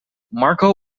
marco